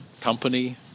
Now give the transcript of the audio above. company